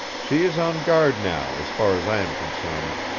she is on guard now, as far as i am concerned.